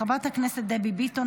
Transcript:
חברת הכנסת דבי ביטון,